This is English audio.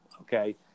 Okay